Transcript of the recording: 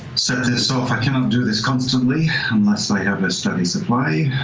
set this off. i cannot do this constantly unless i have a steady supply,